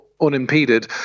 unimpeded